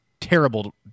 terrible